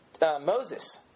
Moses